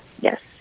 yes